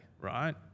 Right